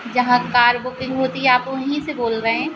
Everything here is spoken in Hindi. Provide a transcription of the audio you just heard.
जहाँ कार बुकिंग होती है आप वहीं से बोल रहे हैं